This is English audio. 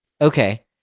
Okay